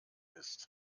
ist